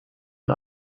und